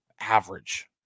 average